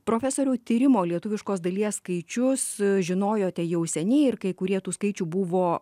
profesoriau tyrimo lietuviškos dalies skaičius žinojote jau seniai ir kai kurie tų skaičių buvo